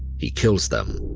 he kills them.